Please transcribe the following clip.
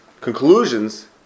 conclusions